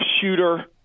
shooter